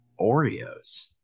Oreos